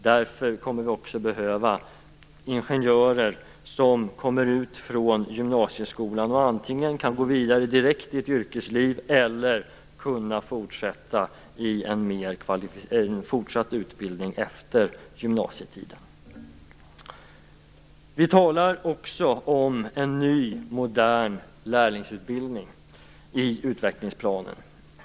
Därför kommer vi också att behöva ingenjörer som kommer ut från gymnasieskolan som kan gå vidare direkt till ett yrkesliv eller till en fortsatt utbildning. Vi talar också om en ny modern lärlingsutbildning i utvecklingsplanen.